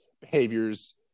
behaviors